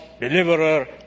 deliverer